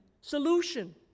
solution